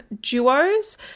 duos